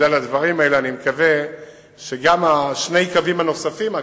בגלל הדברים האלה אני מקווה שגם שני הקווים הנוספים,